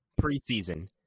Preseason